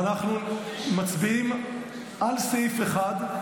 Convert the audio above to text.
ואנחנו מצביעים על סעיף 1,